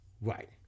Right